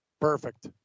Perfect